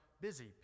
busy